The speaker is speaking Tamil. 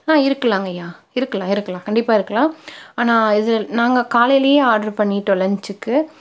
ஆ இருக்கலாங்கய்யா இருக்கலாம் இருக்கலாம் கண்டிப்பாக இருக்கலாம் ஆனால் இது நாங்கள் காலையிலே ஆடரு பண்ணிட்டோம் லஞ்ச்சுக்கு